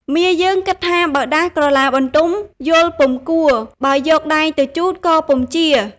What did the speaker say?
មាយើងគិតថាបើដាស់ក្រឡាបន្ទំយល់ពុំគួរ បើយកដៃទៅជូតក៏ពុំជា។